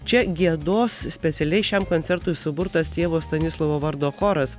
čia giedos specialiai šiam koncertui suburtas tėvo stanislovo vardo choras